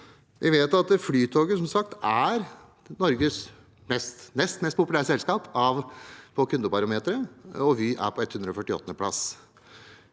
sagt at Flytoget er Norges nest mest populære selskap på kundebarometeret, og at Vy er på 148. plass.